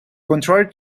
contrary